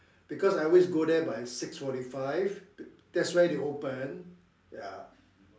because I always go there by six forty five that's where they open ya